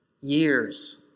years